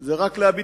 זה רק להביט